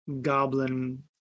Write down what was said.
goblin